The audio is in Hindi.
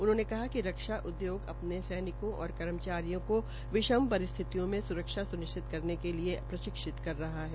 उन्होंने कहा कि र रक्षा उद्योग अपने सैनिकों और कर्मचारियों को विषम परिस्थितियों में स्रक्षा स्निश्चित करने के लिए प्रशिक्षित कर रहा है